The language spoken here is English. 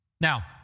Now